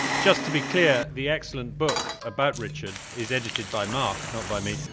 just to be clear, the excellent book about richard is edited by mark, not by me,